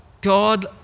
God